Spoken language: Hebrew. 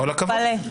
תתפלא.